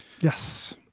Yes